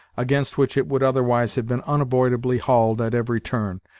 against which it would otherwise have been unavoidably hauled at every turn,